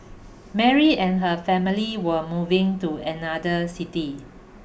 Mary and her family were moving to another city